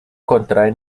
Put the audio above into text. contrae